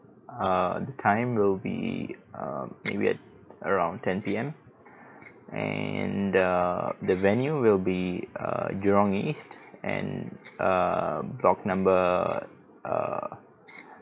err the time will be err maybe at around ten P_M and err the venue will be err jurong east and err block number err